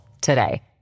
today